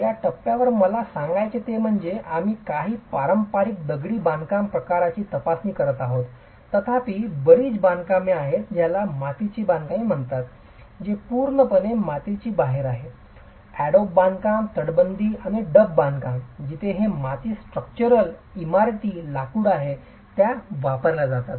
या टप्प्यावर मला सांगायचंय ते म्हणजे आम्ही काही पारंपारिक दगडी बांधकाम प्रकारांची तपासणी करत आहोत तथापि बरीच बांधकामे आहेत ज्याला मातीची बांधकामे म्हणतात जे पूर्णपणे मातीची बाहेर आहे अडोब बांधकाम तटबंदी आणि डब बांधकाम जिथे हे माती आणि स्ट्रक्चरल इमारती लाकूड आहे त्या वापरल्या जातात